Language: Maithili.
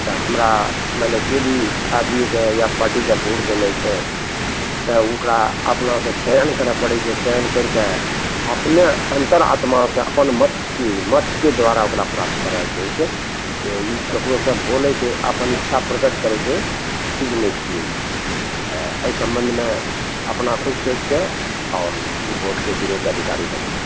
तऽ हमरा मानि लिअ जे भी आदमीके या पार्टीके वोट देने छै तऽ ओकरा अपना से चयन करऽ पड़ै छै चयन करिके अपने अंतर आत्मासँ अपन मत मतके द्वारा ओकरा प्राप्त कराएल जाइ छै जे ई ककरोसँ बोलैके अपन इच्छा प्रकट करैके चीज नहि छियै ई एहि संबंधमे अपना खुद सोचिके आओर ई वोटके गिरैके अधिकारी बनै छै